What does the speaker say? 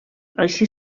així